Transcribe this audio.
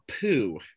poo